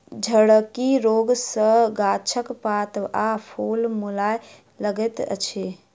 झड़की रोग सॅ गाछक पात आ फूल मौलाय लगैत अछि